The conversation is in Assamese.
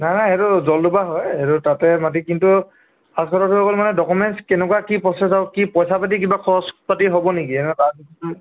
নাই নাই সেইটো জলডোবা হয় সেইটো তাতে মাটি কিন্তু ফাষ্ট কথাটো হৈ গ'ল মানে ডকুমেণ্টছ কেনেকুৱা কি প্ৰচেছ আক কি পইচা পাতি কিবা খৰচ পাতি হ'ব নেকি